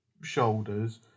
shoulders